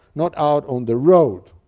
not out on the road.